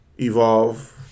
evolve